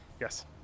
Yes